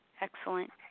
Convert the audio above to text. Excellent